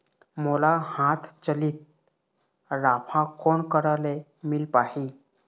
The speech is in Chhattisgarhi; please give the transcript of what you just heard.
मोला हाथ चलित राफा कोन करा ले मिल पाही?